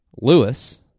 Lewis